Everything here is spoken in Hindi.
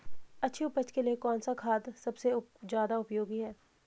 अच्छी उपज के लिए कौन सा खाद सबसे ज़्यादा उपयोगी है?